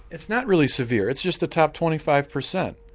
it's not really severe, it's just the top twenty five percent.